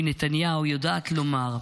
מנתניהו, יודעת לומר: